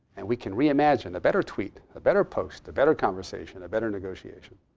and we can reimagine a better tweet, a better post, a better conversation, a better negotiation.